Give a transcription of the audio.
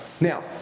Now